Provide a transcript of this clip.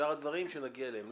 שאר הדברים כשנגיע אליהם.